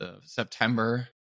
September